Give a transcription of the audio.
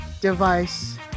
DeVice